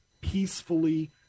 peacefully